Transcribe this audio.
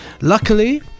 Luckily